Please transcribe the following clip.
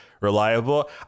reliable